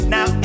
Now